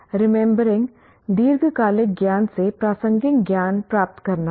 remembering दीर्घकालिक ज्ञान से प्रासंगिक ज्ञान प्राप्त करना है